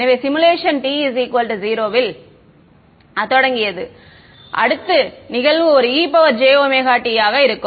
எனவே simulation t 0 இல் தொடங்கியது அடுத்த நிகழ்வு ஒரு ejt ஆக இருக்கும்